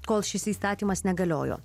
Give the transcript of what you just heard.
kol šis įstatymas negaliojo